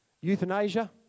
Euthanasia